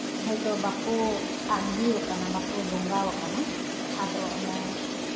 ᱦᱳᱭᱛᱳ ᱵᱟᱠᱚ ᱟᱵᱽᱜᱤᱣ ᱟᱠᱟᱱᱟ ᱵᱟᱠᱚ ᱵᱚᱸᱜᱟᱣ ᱟᱠᱟᱱᱟ ᱟᱫᱚ ᱚᱱᱮ